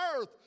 earth